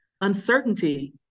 uncertainty